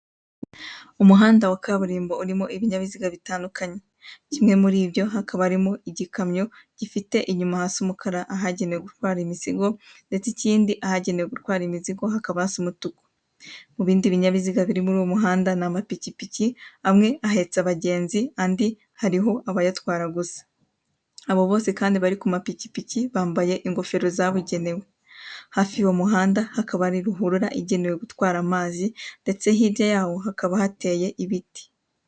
Umuhanda wa kaburimo urimo ibinyabiziga bitandukanye. Kimwe muri ibyo hakaba harimo igikamyo gifite inyuma hasa umukara ahagenewe gutwara imizigo ndetse ikindi ahagenewe gutwara imizigo hakaba hasa umutuku. Mu bindi binyabiziga biri muri uwo muhanda ni amapikipiki amwe ahetse abagenzi, andi ariho abayatwara gusa. Abo bose kandi bari ku mapikipiki bambaye ingofero zabugenewe. Hafi y'uwo muhanda hakaba hari ruhurura igenewe gutwara amazi ndetse hirya yaho hakaba hateye ibiti.